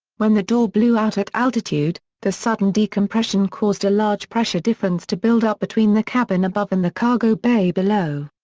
when the door blew out at altitude, the sudden decompression caused a large pressure difference to build up between the cabin above and the cargo bay below.